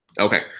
Okay